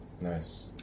nice